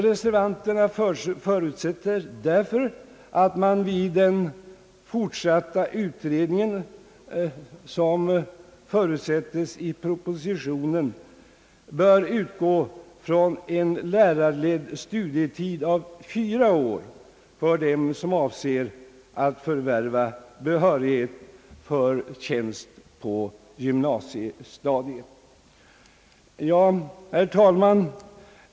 Reservanterna föreslår därför, att man vid den fortsatta utredning som förutsättes i propositionen bör utgå från en lärarledd studietid på fyra år för den som avser att förvärva behörighet för tjänst på gymnasiestadiet. Herr talman!